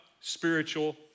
spiritual